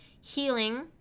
healing